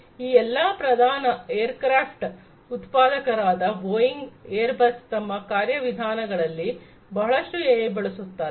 ಈ ಎಲ್ಲಾ ಪ್ರಧಾನ ಏರ್ಕ್ರಾಫ್ಟ್ ಉತ್ಪಾದಕರಾದ ಬೋಯಿಂಗ್ ಏರ್ಬಸ್ ತಮ್ಮ ಕಾರ್ಯವಿಧಾನಗಳಲ್ಲಿ ಬಹಳಷ್ಟು ಎಐ ಬಳಸುತ್ತಾರೆ